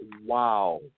wow